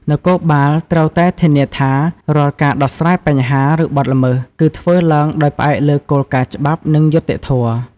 នគរបាលត្រូវតែធានាថា រាល់ការដោះស្រាយបញ្ហា ឬបទល្មើស គឺធ្វើឡើងដោយផ្អែកលើគោលការណ៍ច្បាប់ និងយុត្តិធម៌។